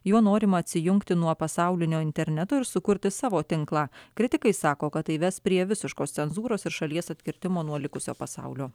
juo norima atsijungti nuo pasaulinio interneto ir sukurti savo tinklą kritikai sako kad tai ves prie visiškos cenzūros ir šalies atkirtimo nuo likusio pasaulio